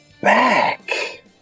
back